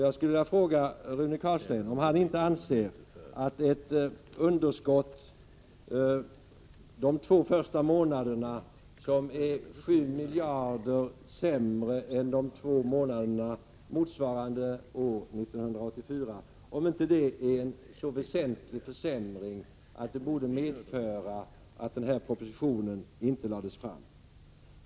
Jag skulle vilja fråga Rune Carlstein, om han inte anser att ett underskott de två första månaderna som är 7 miljarder sämre än motsvarande två månader 1984 är en så väsentlig försämring att den borde medföra att den här propositionen inte lades fram.